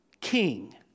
king